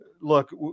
look